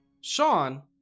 Sean